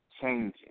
changing